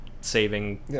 saving